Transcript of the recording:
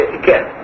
again